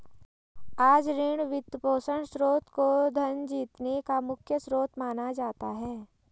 आज ऋण, वित्तपोषण स्रोत को धन जीतने का मुख्य स्रोत माना जाता है